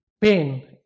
pain